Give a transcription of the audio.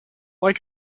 like